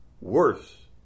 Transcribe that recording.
Worse